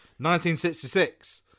1966